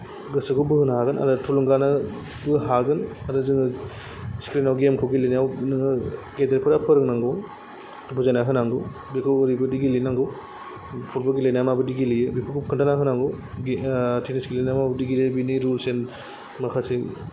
गोसोखौ बोहोनो हागोन आरो थुलुंगानोबो हागोन आरो जोङो स्क्रिनाव गेमखौ गेलेनायाव नोङो गेदेरफोरा फोरोंनांगौ बुजायना होनांगौ बेखौ ओरैबादि गेलेनांगौ फुटबल गेलेनाया माबायदि गेलेयो बेफोरखौ खोन्थाना होनांगौ बे तेनिस गेलेनाया माबायदि गेलेयो बेनि रुल्स एन्द माखासे